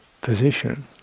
position